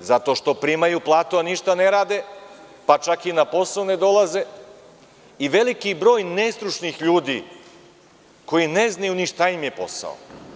zato što primaju platu a ništa ne rade, pa čak i na posao ne dolaze i veliki broj nestručnih ljudi koji ne znaju ni šta im je posao.